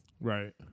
Right